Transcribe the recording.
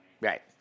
Right